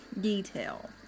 detail